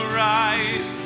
rise